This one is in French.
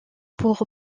pour